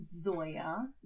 Zoya